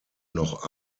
noch